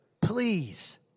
please